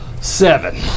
seven